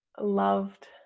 loved